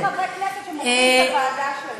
יש חברי כנסת שמוכרים את הוועדה שלהם.